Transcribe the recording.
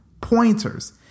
pointers